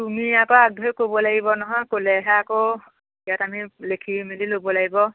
তুমি আকৌ আগ ধৰি ক'ব লাগিব নহয় ক'লেহে আকৌ ইয়াত আমি লিখি মেলি ল'ব লাগিব